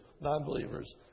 non-believers